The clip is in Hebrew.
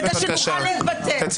טקסט כתוב כדי לדעת למה אני צריכה